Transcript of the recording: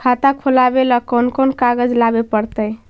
खाता खोलाबे ल कोन कोन कागज लाबे पड़तै?